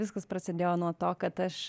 viskas prasidėjo nuo to kad aš